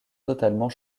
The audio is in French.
totalement